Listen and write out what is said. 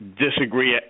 Disagree